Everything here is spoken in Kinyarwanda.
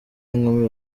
inkumi